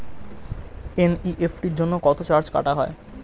NEFT জন্য কত charge কাটা হয়?